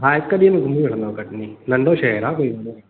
हा हिकु ॾींहं में घुमी वठंदव कटनी नंढो शहर आहे कोई वॾो कोने को